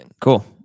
Cool